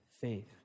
faith